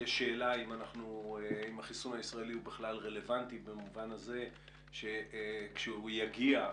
יש שאלה אם החיסון הישראלי הוא בכלל רלוונטי במובן הזה שכשהוא יגיע,